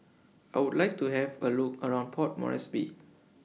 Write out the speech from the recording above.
I Would like to Have A Look around Port Moresby